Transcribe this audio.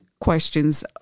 questions